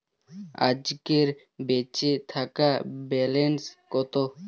আজকের বেচে থাকা ব্যালেন্স কত?